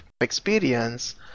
experience